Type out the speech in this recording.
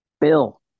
Bill